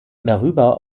darüber